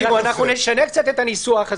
נשנה קצת את הניסוח.